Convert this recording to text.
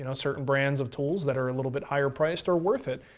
you know certain brands of tools that are a little bit higher priced are worth it,